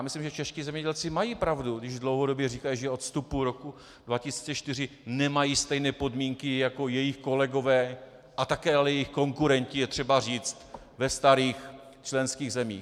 Myslím, že čeští zemědělci mají pravdu, když dlouhodobě říkají, že od vstupu roku 2004 nemají stejné podmínky jako jejich kolegové ale také jejich konkurenti, je třeba říct ve starých členských zemích.